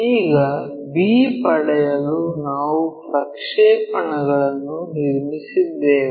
ಈಗ b ಪಡೆಯಲು ನಾವು ಪ್ರಕ್ಷೇಪಣಗಳನ್ನು ನಿರ್ಮಿಸಿದ್ದೇವೆ